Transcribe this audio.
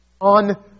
on